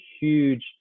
huge